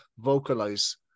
vocalize